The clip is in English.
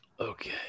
Okay